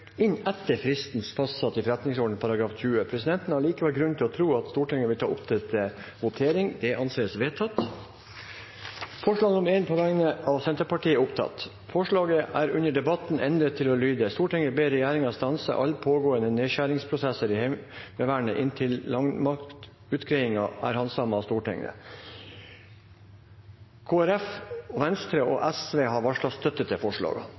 inn etter fristen som er fastsatt i Stortingets forretningsorden § 40. Presidenten har grunn til å tro at Stortinget likevel vil ta forslaget opp til votering. –Det anses vedtatt. Forslaget er under debatten endret til å lyde: «Stortinget ber regjeringa stanse alle pågåande nedskjeringsprosessar i Heimevernet, inntil landmaktutgreiinga er handsama på Stortinget.» Kristelig Folkeparti, Venstre og Sosialistisk Venstreparti har varslet støtte til